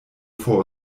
vor